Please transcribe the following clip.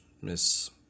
Miss